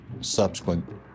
subsequent